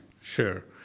Sure